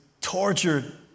tortured